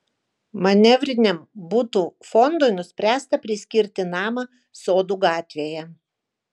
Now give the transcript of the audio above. manevriniam butų fondui nuspręsta priskirti namą sodų gatvėje